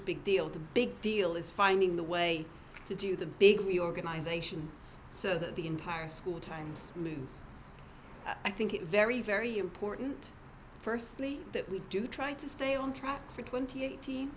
a big deal the big deal is finding the way to do the big reorganization so that the entire school times move i think it very very important firstly that we do try to stay on track for twenty eight